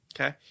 Okay